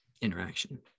interaction